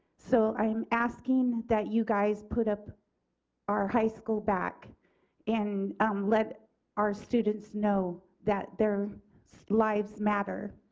so i'm asking that you guys put up our high school back and um let our students know that their so lives matter.